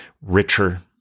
richer